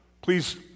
Please